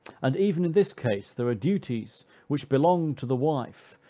and, even in this case, there are duties which belong to the wife,